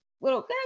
little